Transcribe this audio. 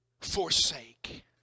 forsake